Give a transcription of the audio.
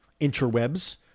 interwebs